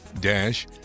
dash